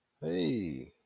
Hey